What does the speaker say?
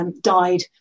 died